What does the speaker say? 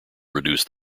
reduce